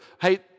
hey